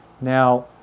Now